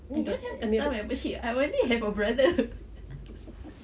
I don't have qatar membership I only have a brother